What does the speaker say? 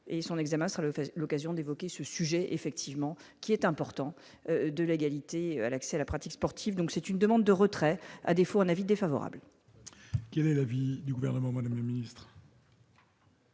son examen sur le feu, l'occasion d'évoquer ce sujet effectivement qu'il est important de l'égalité à l'accès à la pratique sportive, donc c'est une demande de retrait, à défaut, un avis défavorable. Quel est l'avis du gouvernement, Madame le Ministre.